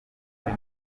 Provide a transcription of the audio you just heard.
buri